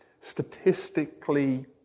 statistically